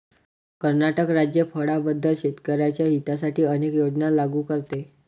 कर्नाटक राज्य फळांबद्दल शेतकर्यांच्या हितासाठी अनेक योजना लागू करते